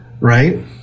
right